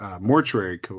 Mortuary